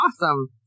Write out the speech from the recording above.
awesome